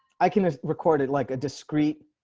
i can ah record it like a discrete